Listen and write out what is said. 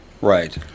Right